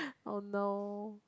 oh no